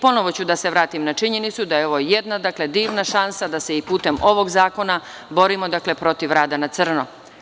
Ponovo ću da se vratim na činjenicu da je ovo jedna divna šansa da se i putem ovog zakona borimo protiv rada na crno.